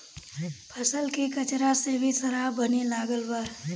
फसल के कचरा से भी शराब बने लागल बा